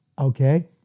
Okay